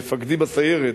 מפקדי בסיירת,